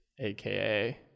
aka